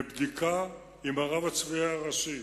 מבדיקה עם הרב הצבאי הראשי